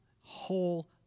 whole